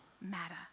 matter